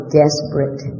desperate